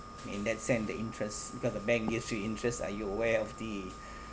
in that sense the interest because the bank gives you interests are you aware of the